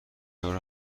یارو